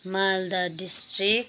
Malda district